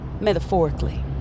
Metaphorically